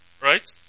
right